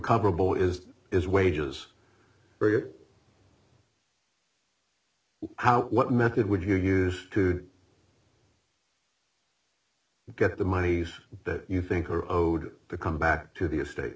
comparable is is wages for your house what method would you use to get the monies that you think are owed to come back to the estate